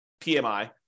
PMI